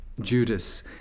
Judas